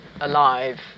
alive